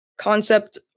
Concept